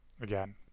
again